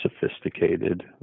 sophisticated